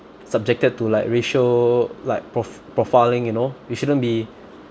subjected to like racial like prof~ profiling you know you shouldn't be